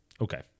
Okay